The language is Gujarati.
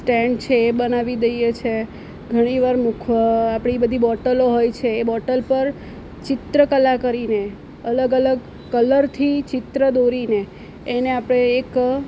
સ્ટેન્ડ છે એ બનાવી દઈએ છે ઘણી વાર મુખ આપણી બધી બોટલો હોય છે એ બોટલ પર ચિત્રકલા કરીને અલગ અલગ કલરથી ચિત્ર દોરીને એને આપણે એક